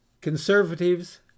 Conservatives